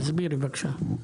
תסבירי בבקשה.